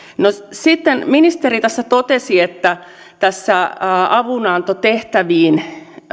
sitten ministeri tässä totesi että avunantotehtäviin